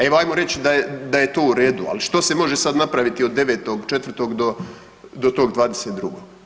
Evo, ajmo reći da je to u redu, ali što se može sad napraviti od 9.4. do tog 22.